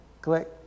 click